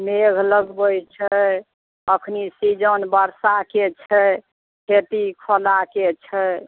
मेघ लगबै छै अखनी सीजन बरसाके छै खेती खोलाके छै